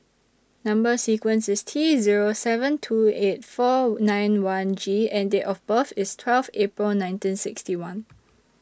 Number sequence IS T Zero seven two eight four nine one G and Date of birth IS twelve April nineteen sixty one